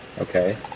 Okay